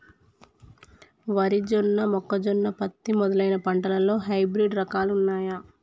వరి జొన్న మొక్కజొన్న పత్తి మొదలైన పంటలలో హైబ్రిడ్ రకాలు ఉన్నయా?